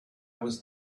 was